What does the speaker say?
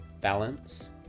balance